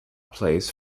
plays